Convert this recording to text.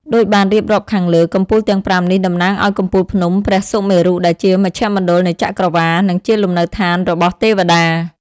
ដូចបានរៀបរាប់ខាងលើ កំពូលទាំងប្រាំនេះតំណាងឲ្យកំពូលភ្នំព្រះសុមេរុ ដែលជាមជ្ឈមណ្ឌលនៃចក្រវាឡ និងជាលំនៅឋានរបស់ទេវតា។